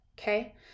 Okay